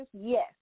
Yes